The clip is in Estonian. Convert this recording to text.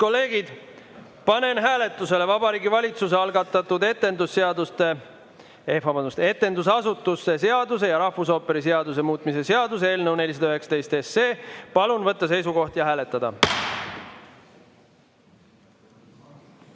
kolleegid, panen hääletusele Vabariigi Valitsuse algatatud etendusasutuse seaduse ja rahvusooperi seaduse muutmise seaduse eelnõu 419. Palun võtta seisukoht ja hääletada!